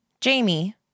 Jamie